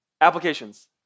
Applications